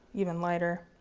even lighter.